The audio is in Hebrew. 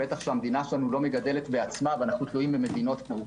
בטח שהמדינה שלנו לא מגדלת בעצמה ואנו תלויים במדינות כמו אוקראינה,